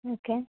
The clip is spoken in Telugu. ఓకే